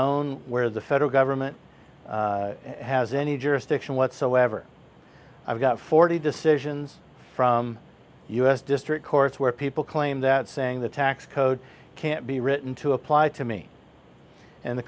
zone where the federal government has any jurisdiction whatsoever i've got forty decisions from us district courts where people claim that saying the tax code can't be written to apply to me and the